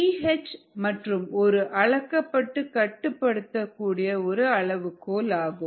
B H மற்றும் ஒரு அளக்கப்பட்டு கட்டுப்படுத்தக் கூடிய ஒரு அளவுகோலாகும்